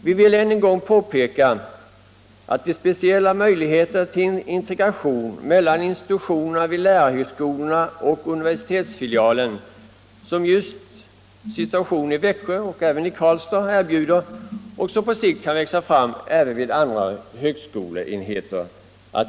Vi vill än en gång peka på de speciella möjligheter till integration mellan institutionerna vid lärarhögskolorna och universitetsfilialen som just situationen i Växjö och t.ex. Karlstad erbjuder och som på sikt kan växa fram även vid andra högskoleenheter.